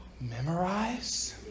Memorize